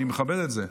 אני מכבד את זה.